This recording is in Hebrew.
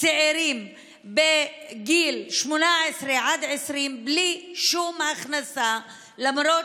צעירים בני 18 עד 20 בלי שום הכנסה למרות